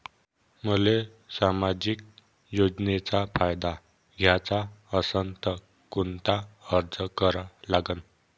मले सामाजिक योजनेचा फायदा घ्याचा असन त कोनता अर्ज करा लागन?